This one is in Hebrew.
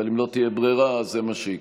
אבל אם לא תהיה ברירה, זה מה שיקרה.